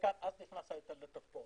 ואז נכנס להיטל לתוקפו,